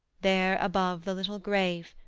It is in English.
there above the little grave,